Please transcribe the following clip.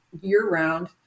year-round